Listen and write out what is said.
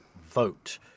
vote